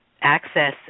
access